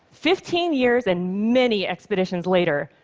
fifteen years and many expeditions later,